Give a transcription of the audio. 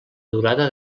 durada